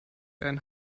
ein